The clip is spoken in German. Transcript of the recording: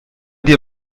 dir